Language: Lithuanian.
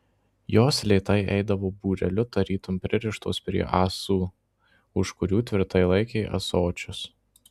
jos lėtai eidavo būreliu tarytum pririštos prie ąsų už kurių tvirtai laikė ąsočius